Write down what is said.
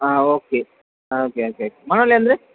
ಹಾಂ ಓಕೆ ಹಾಂ okay okay okay ಮನೋಲಿ ಅಂದರೆ